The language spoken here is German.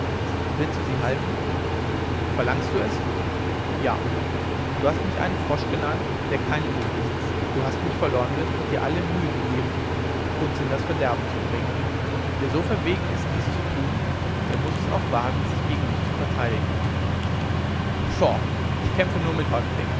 willst du sie halten verlangst du es ja du hast mich einen frosch genannt der keinen mut besitzt du hast mich verleumdet und dir alle mühe gegeben uns in das verderben zu bringen wer so verwegen ist dies zu tun der muß es auch wagen sich gegen mich zu verteidigen pshaw ich kämpfe nur mit häuptlingen